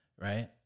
right